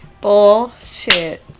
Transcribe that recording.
bullshit